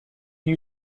you